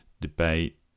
debate